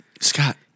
Scott